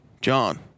john